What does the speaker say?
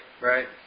right